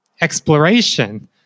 exploration